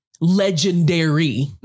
legendary